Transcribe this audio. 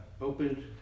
opened